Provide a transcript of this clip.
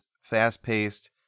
fast-paced